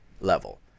level